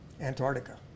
Antarctica